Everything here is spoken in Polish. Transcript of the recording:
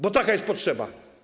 Bo taka jest potrzeba.